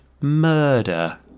murder